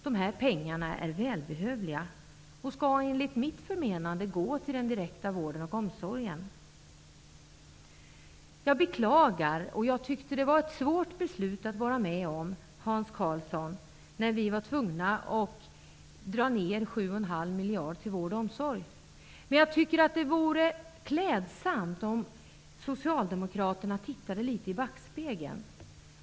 Dessa pengar är välbehövliga och skall, enligt mitt förmenande, gå till den direkta vården och omsorgen. Jag beklagar, Hans Karlsson, och jag tyckte att det var ett svårt beslut att fatta, indragningen av 7,5 miljarder kronor från vård och omsorg. Men jag tycker att det vore klädsamt om socialdemokraterna tittade litet i backspegeln.